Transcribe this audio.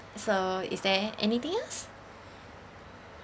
so is there anything else